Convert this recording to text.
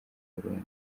burundi